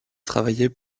travaillé